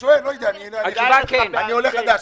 שואל, אני עולה חדש.